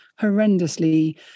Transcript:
horrendously